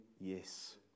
yes